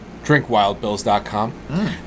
DrinkWildBills.com